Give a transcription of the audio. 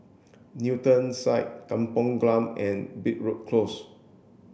Newton Suites Kampong Glam and Broadrick Close